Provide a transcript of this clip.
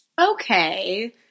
Okay